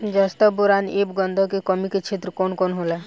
जस्ता बोरान ऐब गंधक के कमी के क्षेत्र कौन कौनहोला?